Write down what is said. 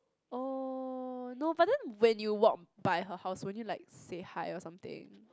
oh no but then when you walk by her house won't you like say hi or something